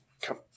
Come